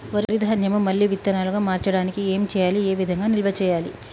వరి ధాన్యము మళ్ళీ విత్తనాలు గా మార్చడానికి ఏం చేయాలి ఏ విధంగా నిల్వ చేయాలి?